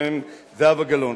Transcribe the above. זהבה גלאון.